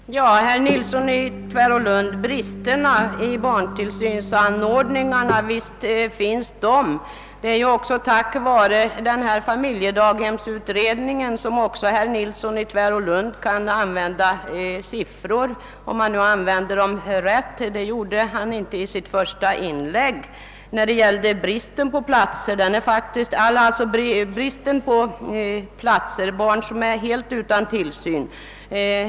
Herr talman! Herr Nilsson i Tvärålund — visst finns det brister i barntillsynsanordningarna. Tack vare familjedaghemsutredningen kan herr Nilsson använda siffror, om han nu använder dem rätt. Det gjorde han inte i sitt första inlägg när han talade om antalet barn som är helt utan tillsyn.